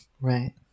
right